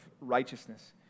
righteousness